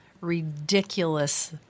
ridiculous